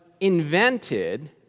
invented